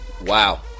Wow